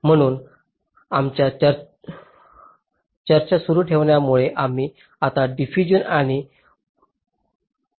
म्हणून आमच्या चर्चा सुरू ठेवण्यामुळे आम्ही आता डिफ्यूजन आणि पॉलिसिलॉन लेयर्स शोधतो